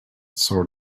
sort